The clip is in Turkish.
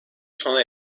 sona